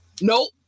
Nope